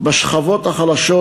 בשכבות החלשות,